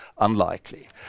unlikely